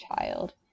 child